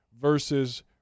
versus